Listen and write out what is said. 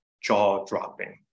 jaw-dropping